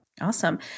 Awesome